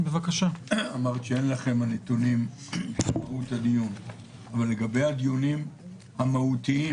אמרת שאין לכם הנתונים על מהות הדיון אבל לגבי הדיונים המהותיים,